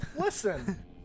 Listen